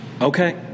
Okay